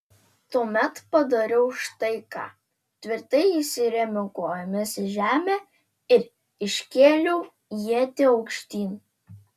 tuomet padariau štai ką tvirtai įsirėmiau kojomis į žemę ir iškėliau ietį aukštyn